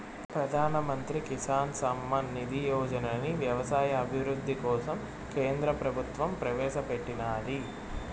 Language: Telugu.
ప్రధాన్ మంత్రి కిసాన్ సమ్మాన్ నిధి యోజనని వ్యవసాయ అభివృద్ధి కోసం కేంద్ర ప్రభుత్వం ప్రవేశాపెట్టినాది